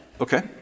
Okay